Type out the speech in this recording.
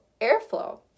airflow